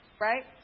Right